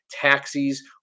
taxis